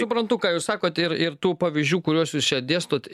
suprantu ką jūs sakot ir ir tų pavyzdžių kuriuos jūs čia dėstot